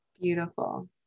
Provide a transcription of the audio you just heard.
Beautiful